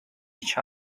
each